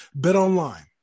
BetOnline